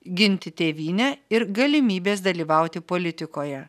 ginti tėvynę ir galimybės dalyvauti politikoje